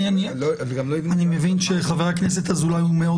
אני מבין שחבר הכנסת אזולאי הוא מאוד